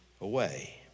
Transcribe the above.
Away